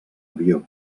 avió